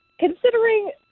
considering